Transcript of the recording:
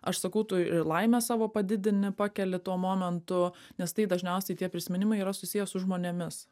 aš sakau tu ir laimę savo padidini pakeli tuo momentu nes tai dažniausiai tie prisiminimai yra susiję su žmonėmis